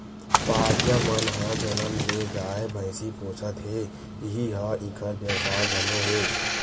पहाटिया मन ह जनम ले गाय, भइसी पोसत हे इही ह इंखर बेवसाय घलो हे